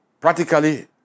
Practically